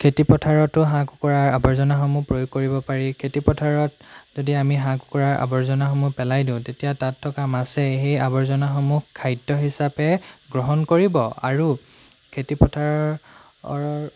খেতিপথাৰতো হাঁহ কুকুৰাৰ আৱৰ্জাসমূহ প্ৰয়োগ কৰিব পাৰি খেতিপথাৰত যদি আমি হাঁহ কুকুৰাৰ আৱৰ্জাসমূহ পেলাই দিওঁ তেতিয়া তাত থকা মাছে সেই আৱৰ্জনাসমূহ খাদ্য হিচাপে গ্ৰহণ কৰিব আৰু খেতিপথাৰৰ